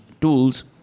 tools